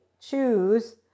choose